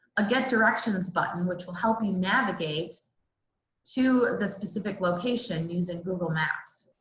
a get directions button which will help you navigate to the specific location using google maps.